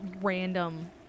random